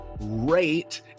rate